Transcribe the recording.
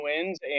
wins